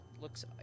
Looks